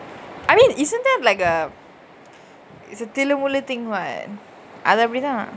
I mean isn't that like a is a thillumullu thing [what] அது அப்டிதா:athu apdithaa